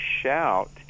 shout